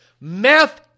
Math